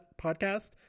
podcast